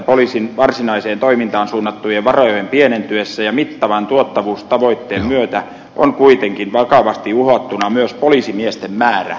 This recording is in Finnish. poliisin varsinaiseen toimintaan suunnattujen varojen pienentyessä ja mittavan tuottavuustavoitteen myötä on kuitenkin vakavasti uhattuna myös poliisimiesten määrä